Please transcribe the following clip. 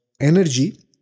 energy